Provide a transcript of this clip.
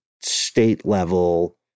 state-level